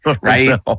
right